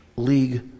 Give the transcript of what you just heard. league